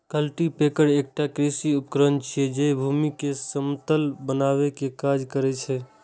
cultipacker एकटा कृषि उपकरण छियै, जे भूमि कें समतल बनबै के काज करै छै